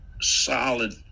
solid